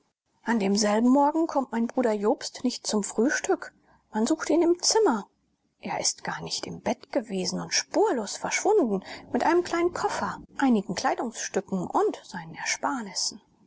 an demselben morgen kommt mein bruder jobst nicht zum frühstück man sucht ihn im zimmer er ist gar nicht im bett gewesen und spurlos verschwunden mit einem kleinen koffer einigen kleidungsstücken und seinen ersparnissen